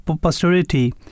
posterity